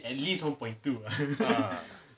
ah